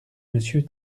monsieur